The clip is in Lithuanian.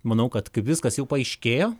manau kad viskas jau paaiškėjo